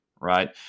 right